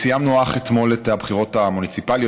סיימנו אך אתמול את הבחירות המוניציפליות.